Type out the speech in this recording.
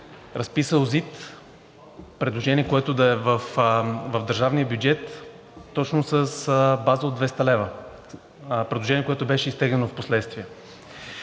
допълнение предложение, което да е в държавния бюджет, точно с база от 200 лв. – предложение, което беше изтеглено впоследствие.